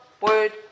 Word